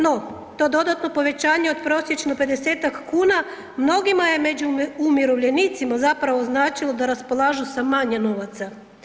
No, to dodatno povećanje od prosječno 50-tak kuna mnogima je među umirovljenicima zapravo značilo da raspolažu sa manje novaca.